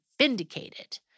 vindicated